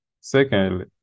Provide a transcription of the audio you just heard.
Secondly